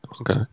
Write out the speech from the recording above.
Okay